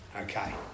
Okay